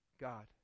God